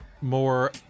More